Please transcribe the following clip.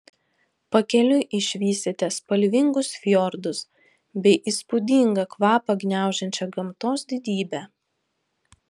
pakeliui išvysite spalvingus fjordus bei įspūdingą kvapą gniaužiančią gamtos didybę